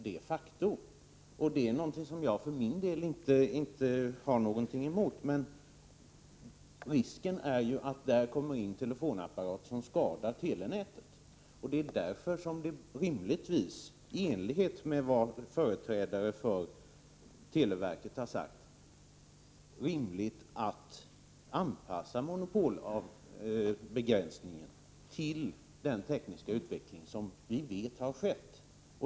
Detta är någonting som jag för min del inte har någonting emot, men risken är ju att det kommer in telefonapparater som skadar telenätet. Därför är det rimligt, som företrädare för televerket har sagt, att anpassa monopolbegränsningen efter den tekniska utveckling som vi vet har skett.